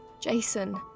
Jason